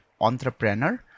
entrepreneur